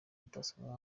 utasanga